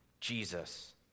Jesus